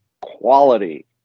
Quality